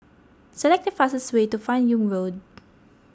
select the fastest way to Fan Yoong Road